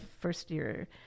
first-year